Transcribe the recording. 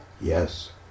Yes